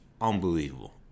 unbelievable